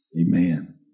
amen